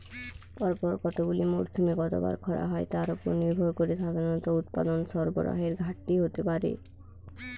পরপর কতগুলি মরসুমে কতবার খরা হয় তার উপর নির্ভর করে সাধারণত উৎপাদন সরবরাহের ঘাটতি হতে পারে